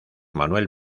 manuel